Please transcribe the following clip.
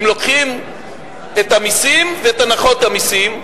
אם לוקחים את המסים ואת הנחות המסים,